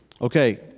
okay